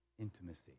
intimacy